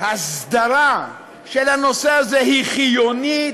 הסדרה של הנושא הזה היא חיונית,